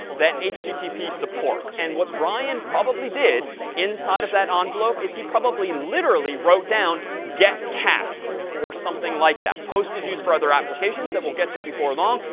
that http supports. and what brian probably did inside of that um envelope is he probably literally wrote down get cat or something like that. post is used for other applications that we'll get to before long,